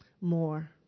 more